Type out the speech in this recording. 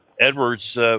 Edwards